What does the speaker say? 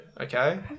okay